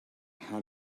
how